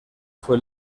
fue